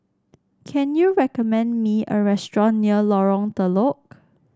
can you recommend me a restaurant near Lorong Telok